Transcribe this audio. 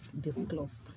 disclosed